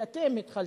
שאתם התחלתם,